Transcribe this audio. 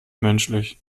menschlich